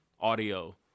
audio